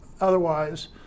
otherwise